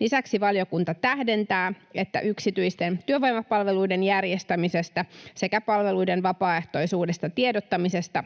Lisäksi valiokunta tähdentää, että yksityisten työvoimapalveluiden järjestämisestä sekä palveluiden vapaaehtoisuudesta tiedottamisesta